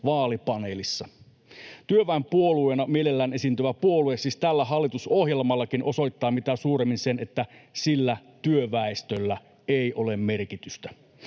vaalipaneelissa. Työväenpuolueena mielellään esiintyvä puolue siis tällä hallitusohjelmallakin osoittaa mitä suuremmin sen, että sillä työväestöllä ei ole merkitystä.